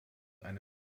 eine